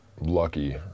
lucky